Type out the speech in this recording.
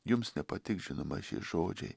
jums nepatiks žinoma šie žodžiai